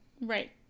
Right